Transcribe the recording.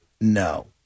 No